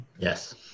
Yes